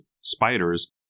spiders